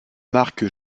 marc